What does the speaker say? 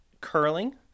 curling